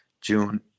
June